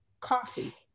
coffee